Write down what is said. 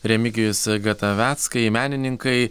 remigijus gataveckai menininkai